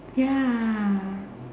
ya